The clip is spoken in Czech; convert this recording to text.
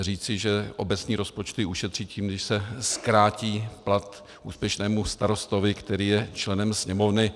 Říci, že obecní rozpočty ušetří tím, když se zkrátí plat úspěšnému starostovi, který je členem Sněmovny...